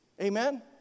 Amen